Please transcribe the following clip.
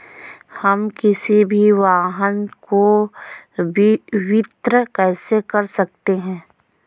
हम किसी भी वाहन को वित्त कैसे कर सकते हैं?